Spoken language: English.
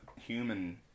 human